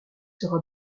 sera